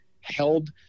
held